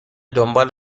دنبال